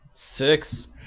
Six